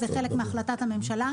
זה חלק מהחלטת הממשלה.